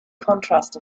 contrast